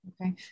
Okay